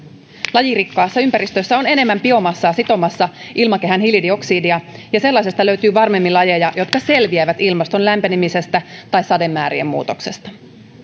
lajirikkaassa ympäristössä on enemmän biomassaa sitomassa ilmakehän hiilidioksidia ja sellaisesta löytyy varmemmin lajeja jotka selviävät ilmaston lämpenemisestä tai sademäärien muutoksesta